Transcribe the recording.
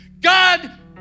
God